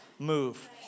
Move